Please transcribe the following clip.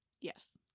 Yes